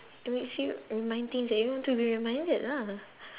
it makes you remind things that you don't want to be reminded lah